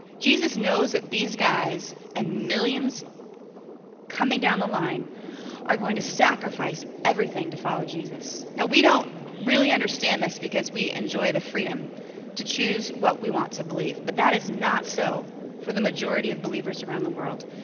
jesus knows that these guys and millions coming down the line are going to sacrifice everything to follow jesus. now we don't really understand this because we enjoy the freedom to choose what we want to believe, but that is not so for the majority of believers around the world.